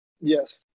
Yes